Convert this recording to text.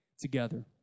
together